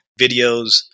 videos